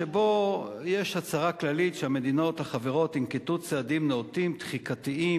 שבו יש הצהרה כללית שהמדינות החברות ינקטו צעדים נאותים תחיקתיים,